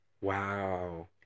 Wow